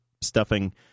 stuffing